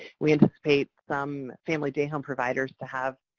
we anticipate some family day home providers to have,